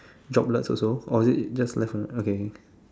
droplets also or is it just left only okay